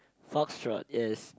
foxtrot